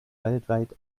weltweit